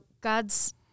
God's